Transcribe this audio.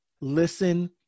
listen